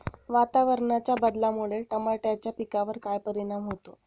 वातावरणाच्या बदलामुळे टमाट्याच्या पिकावर काय परिणाम होतो?